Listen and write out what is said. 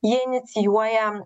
jie inicijuoja